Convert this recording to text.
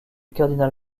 cardinal